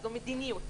זו מדיניות,